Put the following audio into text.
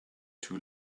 two